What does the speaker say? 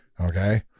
Okay